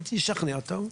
ישכנע אותו,